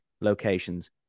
locations